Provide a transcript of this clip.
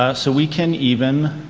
ah so we can even